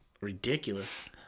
ridiculous